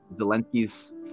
Zelensky's